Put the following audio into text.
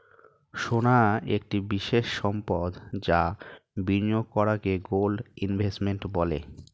সোনা একটি বিশেষ সম্পদ যা বিনিয়োগ করাকে গোল্ড ইনভেস্টমেন্ট বলে